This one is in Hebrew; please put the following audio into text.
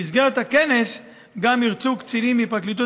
במסגרת הכנס גם הרצו קצינים מהפרקליטות